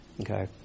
okay